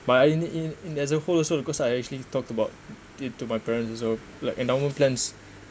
but in in in as a whole also because I actually talked about it to my parents also like endowment plans